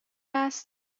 است